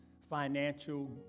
financial